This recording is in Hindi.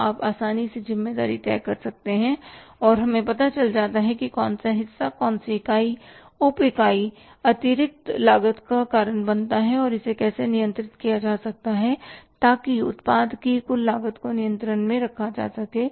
तो आप आसानी से ज़िम्मेदारी तय कर सकते हैं और हमें पता चल सकता है कि कौन सा हिस्सा कौन सी इकाई उप इकाई अतिरिक्त लागत का कारण बनता है और इसे कैसे नियंत्रित किया जा सकता है ताकि उत्पाद की कुल लागत को नियंत्रण में रखा जा सके